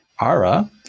Ara